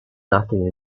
nothing